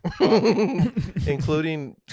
Including